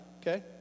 okay